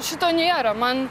šito nėra man